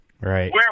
Right